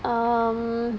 um